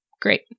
Great